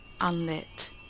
unlit